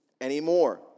anymore